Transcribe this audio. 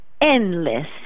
Endless